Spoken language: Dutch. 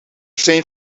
zijn